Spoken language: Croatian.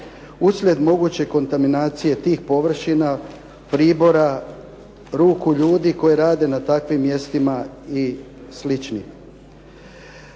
uslijed moguće kontaminacije tih površina, pribora, ruku ljudi koji rade na takvim mjestima i sl.